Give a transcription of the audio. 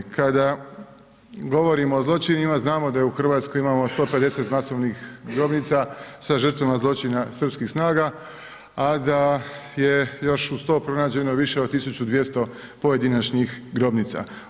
Kada govorimo o zločinima znamo da u Hrvatskoj imamo 150 masovnih grobnica sa žrtvama zločina srpskih snaga, a da je još uz to pronađeno više od 120 pojedinačnih grobnica.